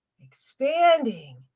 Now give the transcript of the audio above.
expanding